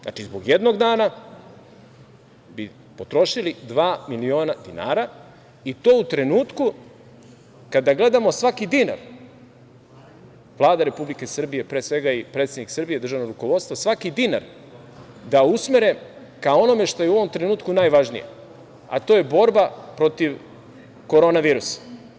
Znači, zbog jednog dana bi potrošili dva miliona dinara i to u trenutku kada gledamo svaki dinar, Vlada Republike Srbije, pre svega, i predsednik Srbije, državno rukovodstvo, svaki dinar da usmere ka onome što je u ovom trenutku najvažnije, a to je borba protiv korona virusa.